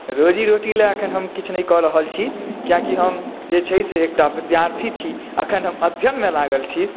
रोजी रोटी ला अखन हम किछु नहि कऽ रहल छी कियाकि हम जे छै से एकटा विद्यार्थी छी अखन हम अध्ययनमे लागल छी